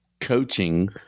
coaching